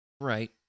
Right